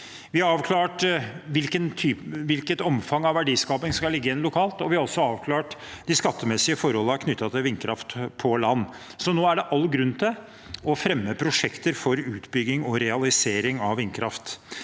Vi har avklart hvilket omfang av verdiskaping som skal ligge igjen lokalt, og vi har også avklart de skattemessige forholdene knyttet til vindkraft på land. Så nå er det all grunn til å fremme prosjekter for utbygging og realisering av vindkraft.